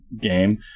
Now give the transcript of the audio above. game